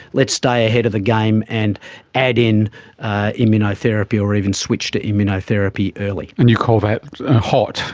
let's stay ahead of the game and add in immunotherapy or even switch to immunotherapy early. and you call that hot,